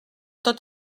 tot